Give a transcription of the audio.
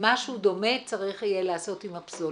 משהו דומה צריך יהיה לעשות עם הפסולת.